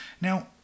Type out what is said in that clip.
Now